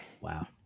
Wow